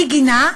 מי גינה?